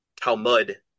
Talmud